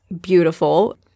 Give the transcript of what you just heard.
beautiful